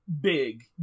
big